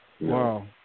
Wow